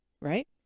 right